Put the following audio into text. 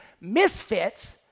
misfits